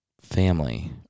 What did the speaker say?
family